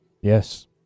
Yes